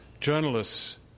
journalists